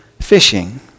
fishing